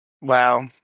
Wow